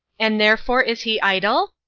and therefore is he idle?